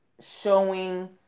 showing